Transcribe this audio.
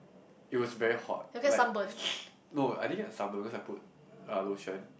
it was very hot like no I didn't get sunburn because I put uh lotion